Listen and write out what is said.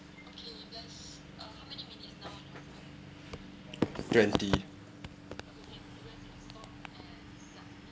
twenty